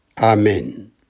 Amen